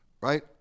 right